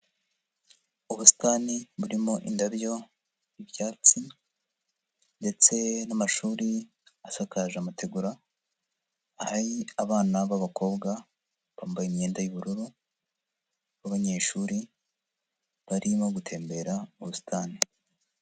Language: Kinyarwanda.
Ubusitani burimo indabyo, ibyatsi ndetse n'amashuri asakaje amategura, hari abana b'abakobwa bambaye imyenda y'ubururu, b'abanyeshuri barimo gutembera mu busitani.